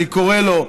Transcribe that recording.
אני קורא לו,